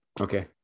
Okay